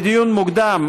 לדיון מוקדם,